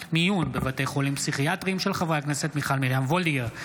בהצעתם של חברי הכנסת מיכל מרים וולדיגר,